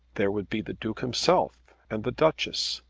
there would be the duke himself, and the duchess,